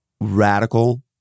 radical